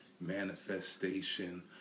manifestation